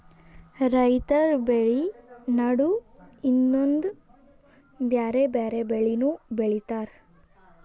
ರೈತರ್ ಬೆಳಿ ನಡು ಇನ್ನೊಂದ್ ಬ್ಯಾರೆ ಬ್ಯಾರೆ ಬೆಳಿನೂ ಬೆಳಿತಾರ್